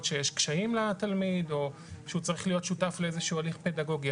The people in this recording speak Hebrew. שיש קשיים לתלמיד או שהוא צריך להיות שותף לאיזשהו הליך פדגוגי.